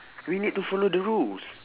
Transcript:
we need to follow the rules